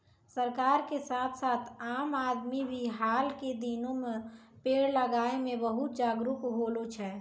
सरकार के साथ साथ आम आदमी भी हाल के दिनों मॅ पेड़ लगाय मॅ बहुत जागरूक होलो छै